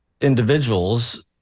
individuals